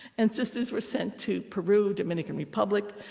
and sisters were sent to peru, dominican republic.